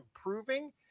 improving